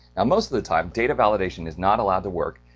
um most of the time data validation is not allowed to work,